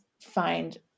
find